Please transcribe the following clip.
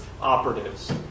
operatives